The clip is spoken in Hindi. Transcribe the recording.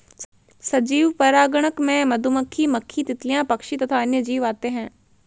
सजीव परागणक में मधुमक्खी, मक्खी, तितलियां, पक्षी तथा अन्य जीव आते हैं